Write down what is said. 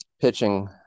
pitching